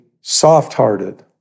soft-hearted